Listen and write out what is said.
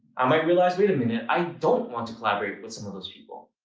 i might realize, wait a minute, i don't want to collaborate with some of those people.